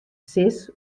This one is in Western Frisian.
sis